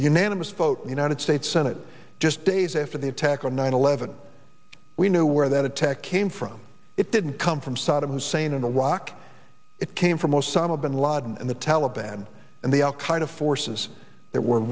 unanimous vote in united states senate just days after the attack on nine eleven we knew where that attack came from it didn't come from saddam hussein in iraq it came from osama bin laden and the taliban and the al qaeda forces that were